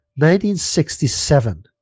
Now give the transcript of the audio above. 1967